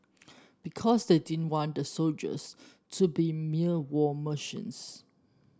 because they didn't want the soldiers to be mere war machines